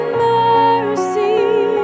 mercy